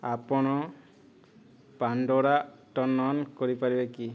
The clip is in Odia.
ଆପଣ ପାଣ୍ଡୋରା ଟର୍ଣ୍ଣ ଅନ୍ କରିପାରିବେ କି